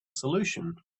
solution